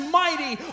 mighty